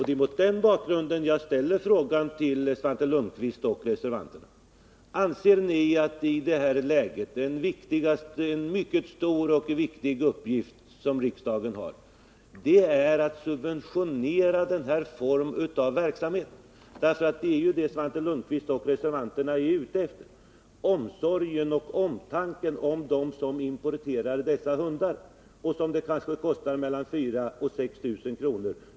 Det är mot den bakgrunden jag ställer område frågan till Svante Lundkvist och reservanterna: Anser ni att det i nuvarande ekonomiska läge är en mycket stor och viktig uppgift för riksdagen att subventionera den här formen av verksamhet? Vad Svante Lundkvist och reservanterna är ute efter är omsorg och omtanke om dem som importerar hundar. Det kanske kostar mellan 4 000 och 6 000 kr.